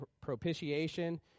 propitiation